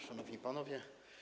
Szanowni Panowie!